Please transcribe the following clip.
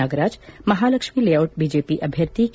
Nagaraj Mahalakshmi layout BJP ಅಭ್ವರ್ಥಿ K